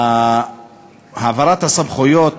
העברת הסמכויות